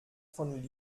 von